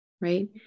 Right